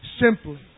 simply